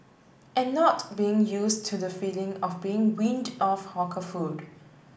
and not being use to the feeling of being weaned off hawker food